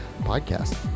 podcast